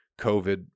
COVID